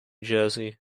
jersey